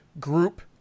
group